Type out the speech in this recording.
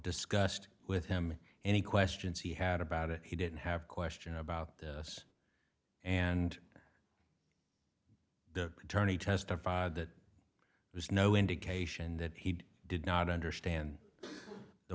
discussed with him any questions he had about it he didn't have question about us and the attorney testified that there's no indication that he did not understand the